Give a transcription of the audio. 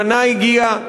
זמנה הגיע,